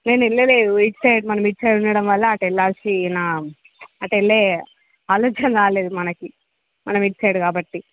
నేను వెళ్ళలేదు ఇటు సైడు మనం ఇటు సైడ్ ఉండడం వల్ల అటు వెళ్ళాల్సిన అటు వెళ్ళే ఆలోచన రాలేదు మనకి మనం ఇటు సైడ్ కాబట్టి